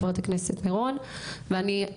חברת הכנסת מירון וטל.